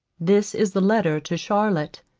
this is the letter to charlotte,